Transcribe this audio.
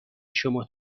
شما